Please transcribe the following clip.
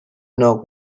know